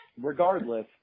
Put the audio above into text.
regardless